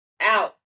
Out